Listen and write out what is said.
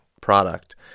product